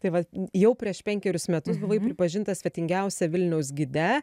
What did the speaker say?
tai va jau prieš penkerius metus buvai pripažinta svetingiausia vilniaus gide